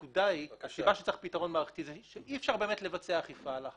הסיבה שצריך פתרון מערכתי זה שאי אפשר לבצע אכיפה על ההשלכה,